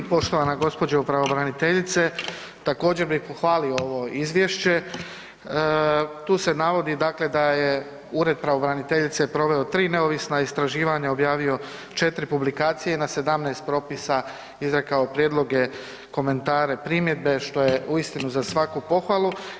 Poštovana gđo. pravobraniteljice, također bi pohvalio ovo izvješće, tu se navodi dakle da je Ured pravobraniteljice proveo 3 neovisna istraživanja, objavio 4 publikacije i na 17 propisa izrekao prijedloge, komentare, primjedbe što je uistinu za svaku pohvalu.